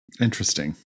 interesting